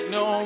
no